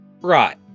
Right